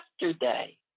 yesterday